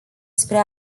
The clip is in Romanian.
spre